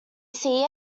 see